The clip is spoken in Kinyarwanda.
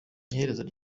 iherezo